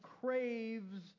craves